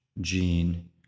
gene